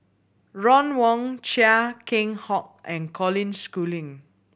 Ron Wong Chia Keng Hock and Colin Schooling